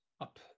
up